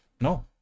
no